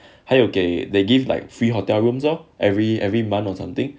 还有给 they give like free hotel rooms lor every every month or something